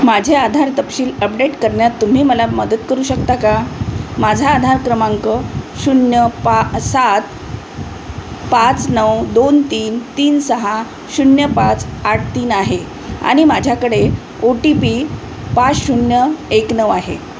माझे आधार तपशील अपडेट करण्यात तुम्ही मला मदत करू शकता का माझा आधार क्रमांक शून्य पा सात पाच नऊ दोन तीन तीन सहा शून्य पाच आठ तीन आहे आणि माझ्याकडे ओ टी पी पाच शून्य एक नऊ आहे